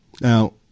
Now